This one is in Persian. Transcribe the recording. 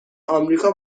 امریکا